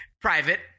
private